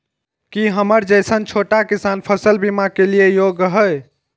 की हमर जैसन छोटा किसान फसल बीमा के लिये योग्य हय?